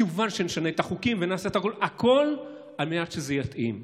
כמובן שנשנה את החוקים ונעשה הכול על מנת שזה יתאים.